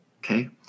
okay